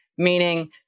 Meaning